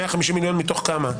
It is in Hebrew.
150,000,000 מתוך כמה?